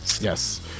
Yes